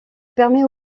permet